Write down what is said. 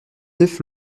neuf